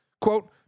Quote